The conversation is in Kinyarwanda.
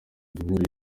guhurira